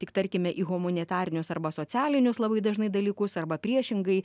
tik tarkime į humanitarinius arba socialinius labai dažnai dalykus arba priešingai